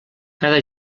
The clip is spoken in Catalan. cada